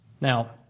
Now